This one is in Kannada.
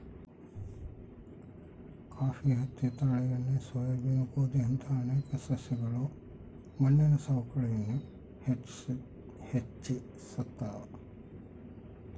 ಕಾಫಿ ಹತ್ತಿ ತಾಳೆ ಎಣ್ಣೆ ಸೋಯಾಬೀನ್ ಗೋಧಿಯಂತಹ ಅನೇಕ ಸಸ್ಯಗಳು ಮಣ್ಣಿನ ಸವಕಳಿಯನ್ನು ಹೆಚ್ಚಿಸ್ತವ